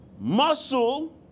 muscle